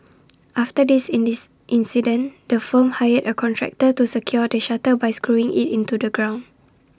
after this incident the firm hired A contractor to secure the shutter by screwing IT into the ground